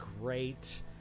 great